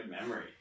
memory